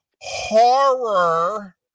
horror